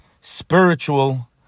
spiritual